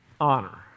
honor